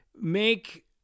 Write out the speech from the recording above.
make